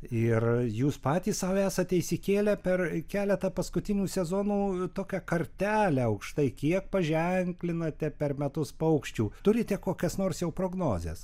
ir jūs patys sau esate išsikėlę per keletą paskutinių sezonų tokią kartelę aukštai kiek paženklinate per metus paukščių turite kokias nors jau prognozes